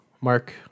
Mark